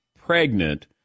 pregnant